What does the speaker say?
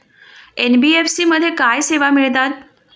NBFC मध्ये काय सेवा मिळतात?